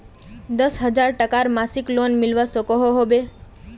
दस हजार टकार मासिक लोन मिलवा सकोहो होबे?